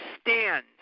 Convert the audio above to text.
stand